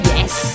Yes